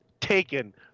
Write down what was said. taken